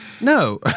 No